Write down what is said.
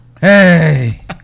hey